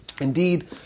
Indeed